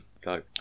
Go